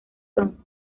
son